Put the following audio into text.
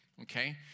Okay